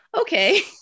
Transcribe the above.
okay